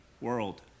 world